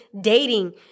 dating